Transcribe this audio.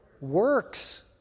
Works